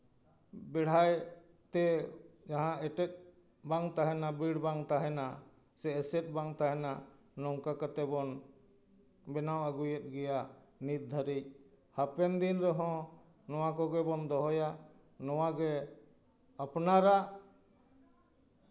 ᱵᱮᱲᱦᱟᱭ ᱛᱮ ᱡᱟᱦᱟᱸ ᱮᱴᱮᱫ ᱵᱟᱝ ᱛᱟᱦᱮᱱᱟ ᱵᱤᱲ ᱵᱟᱝ ᱛᱟᱦᱮᱱᱟ ᱥᱮ ᱮᱥᱮᱫ ᱵᱟᱝ ᱛᱟᱦᱮᱱᱟ ᱱᱚᱝᱠᱟ ᱠᱟᱛᱮ ᱵᱚᱱ ᱵᱮᱱᱟᱣ ᱟᱹᱜᱩᱭᱮᱜ ᱜᱮᱭᱟ ᱱᱤᱛ ᱫᱷᱟᱹᱨᱤᱡ ᱦᱟᱯᱮᱱ ᱫᱤᱱ ᱨᱮᱦᱚᱸ ᱱᱚᱣᱟ ᱠᱚᱜᱮ ᱵᱚᱱ ᱫᱚᱦᱚᱭᱟ ᱱᱚᱣᱟᱜᱮ ᱟᱯᱱᱟᱨᱟᱜ